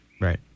Right